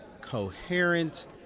coherent